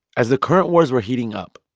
as the current wars were heating up,